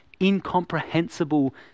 incomprehensible